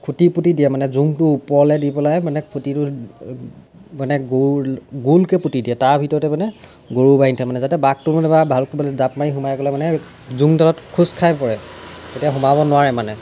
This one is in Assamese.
খুঁটি পুতি দিয়ে মানে জোঙটো ওপৰলৈ দি পেলাই মানে খুঁটিটো মানে গৰু গোলকৈ পুতি দিয়ে তাৰ ভিতৰতে মানে গৰু বান্ধি থয় মানে যাতে বাঘটো বা ভালুকটো জাঁপ মাৰি সোমাই গ'লে মানে জোঙ ডালত খোচ খাই পৰে তেতিয়া সোমাব নোৱাৰে মানে